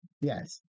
yes